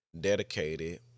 dedicated